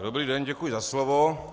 Dobrý den, děkuji za slovo.